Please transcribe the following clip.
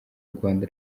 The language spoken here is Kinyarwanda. rwanda